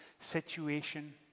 situation